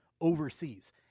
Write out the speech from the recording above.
overseas